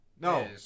No